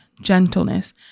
gentleness